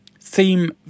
theme